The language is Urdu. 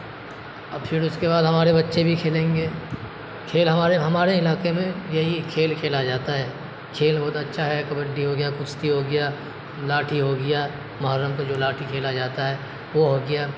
اب پھر اس کے بعد ہمارے بچے بھی کھیلیں گے کھیل ہمارے ہمارے علاقے میں یہی کھیل کھیلا جاتا ہے کھیل بہت اچھا ہے کبڈی ہوگیا کشتی ہوگیا لاٹھی ہوگیا محرم کو جو لاٹھی کھیلا جاتا ہے وہ ہوگیا